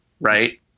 Right